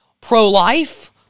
pro-life